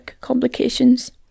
complications